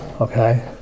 okay